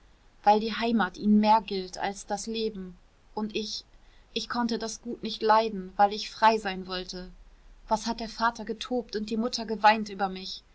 weil die heimat ihnen mehr gilt als das leben und ich ich konnte das gut nicht leiden weil ich frei sein wollte was hat der vater getobt und die mutter geweint über mich